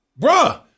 Bruh